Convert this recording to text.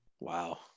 Wow